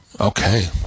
Okay